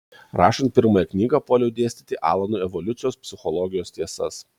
rašant pirmąją knygą puoliau dėstyti alanui evoliucijos psichologijos tiesas